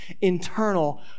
internal